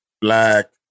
black